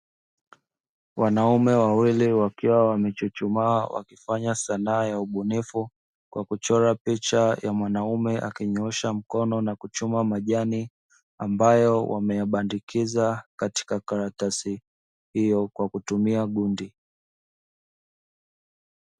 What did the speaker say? Wanaume wawili wakiwa wamechuchumaa wakifanya sanaa ya ubunifu. Kwa kuchora picha ya mwanamume akinyoosha mkono na kuchuma majani ambayo wamebandikiza katika karatasi hiyo kwa kutumia gundi.